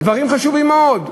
דברים חשובים מאוד.